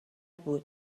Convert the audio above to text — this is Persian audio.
بود